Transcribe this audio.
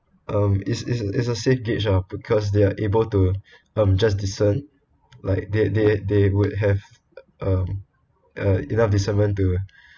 um it's it's it's a safe gauge lah because they are able to um just discern like they they they would have um uh in their discernment to